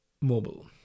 mobile